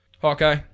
Hawkeye